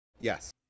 Yes